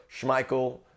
Schmeichel